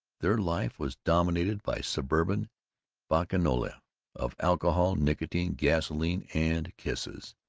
their life was dominated by suburban bacchanalia of alcohol, nicotine, gasoline, and kisses.